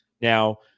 Now